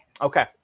Okay